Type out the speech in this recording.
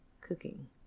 Cooking